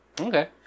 Okay